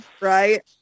right